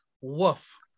Woof